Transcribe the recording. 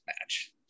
match